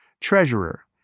Treasurer